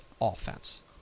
offense